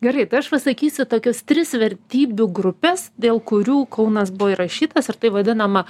gerai tai aš pasakysiu tokius tris vertybių grupes dėl kurių kaunas buvo įrašytas ir tai vadinama